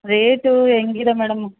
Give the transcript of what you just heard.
ರೇಟೂ ಹೆಂಗಿದ ಮೇಡಮ್